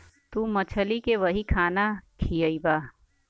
तू मछली के वही खाना खियइबा